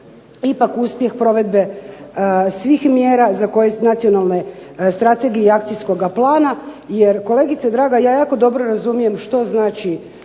ipak uspjeh provedbe svih mjera za koje, nacionalne strategije i akcijskoga plana, jer kolegice draga ja jako dobro razumijem što znači